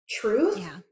truth